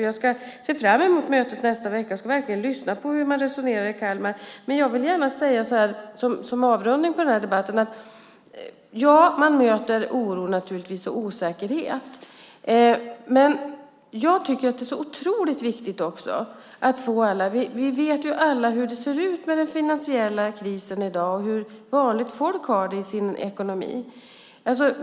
Jag ser fram emot mötet nästa vecka. Jag ska verkligen lyssna på hur man resonerar i Kalmar. Som avrundning på den här debatten vill jag gärna säga att man möter naturligtvis oro och osäkerhet. Vi vet alla hur det ser ut med den finansiella krisen i dag och hur vanligt folk har det med sin ekonomi.